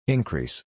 Increase